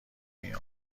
این